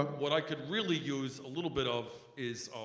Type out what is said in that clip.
what i could really use a little bit of is